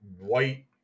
white